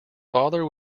father